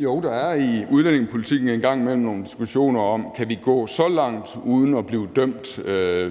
Jo, der er i udlændingepolitikken en gang imellem nogle diskussioner om, hvor langt man kan gå uden at blive dømt